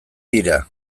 dira